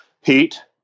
heat